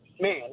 man